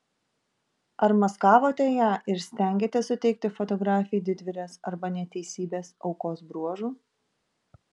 ar maskavote ją ir stengėtės suteikti fotografei didvyrės arba neteisybės aukos bruožų